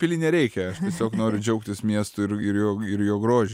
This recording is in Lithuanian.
pily nereikia aš tiesiog noriu džiaugtis miestu ir ir jo ir jo grožiu